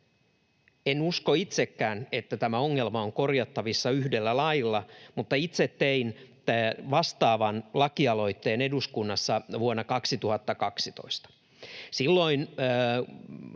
En usko itsekään, että tämä ongelma on korjattavissa yhdellä lailla, mutta itse tein vastaavan lakialoitteen eduskunnassa vuonna 2012. Silloin